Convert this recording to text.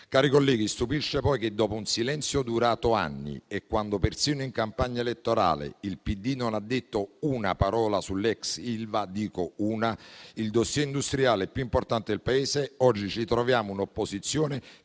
Cari colleghi, stupisce poi che, dopo un silenzio durato anni e dopo che persino in campagna elettorale il PD non ha detto una parola - dico una - sull'ex Ilva, il *dossier* industriale più importante del Paese, oggi ci troviamo con un'opposizione